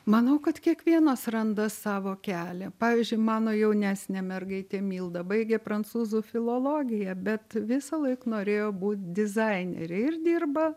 manau kad kiekvienas randa savo kelią pavyzdžiui mano jaunesnė mergaitė milda baigė prancūzų filologiją bet visąlaik norėjo būt dizainerė ir dirba